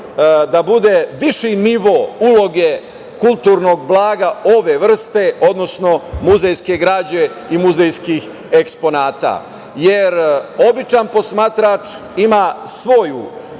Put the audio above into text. da bude viši nivo uloge kulturnog blaga ove vrste, odnosno muzejske građe i muzejskih eksponata, jer običan posmatrač ima svoj